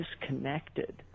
disconnected